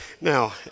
Now